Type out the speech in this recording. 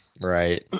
Right